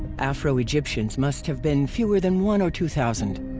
afro-egyptians must have been fewer than one or two thousand.